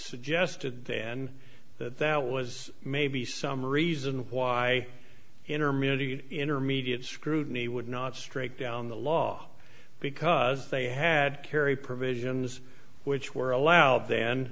suggested then there was maybe some reason why intermediate intermediate scrutiny would not straight down the law because they had carry provisions which were allowed th